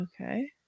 okay